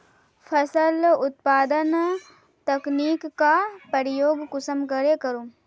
फसल उत्पादन तकनीक का प्रयोग कुंसम करे करूम?